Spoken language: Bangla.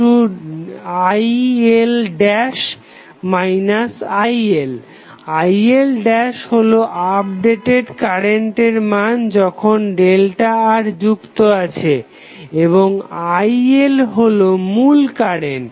তো IIL IL IL হলো আপডেটেড কারেন্টের মান যখন ΔR যুক্ত আছে এবং IL হলো মূল কারেন্ট